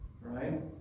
Right